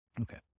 Okay